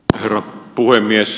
herra puhemies